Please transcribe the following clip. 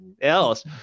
else